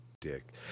dick